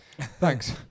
Thanks